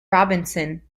robinson